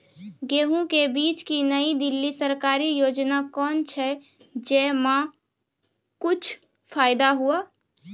गेहूँ के बीज की नई दिल्ली सरकारी योजना कोन छ जय मां कुछ फायदा हुआ?